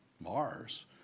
Mars